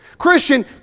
Christian